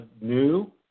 new